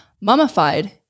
mummified